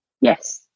Yes